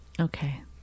Okay